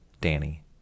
Danny